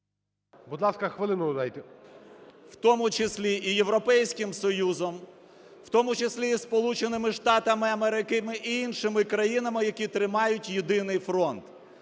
Будь ласка, хвилину додайте. СОБОЛЄВ С.В. … в тому числі і Європейським Союзом, в тому числі і Сполученими Штатами Америки, і іншими країнами, які тримають єдиний фронт.